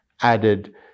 added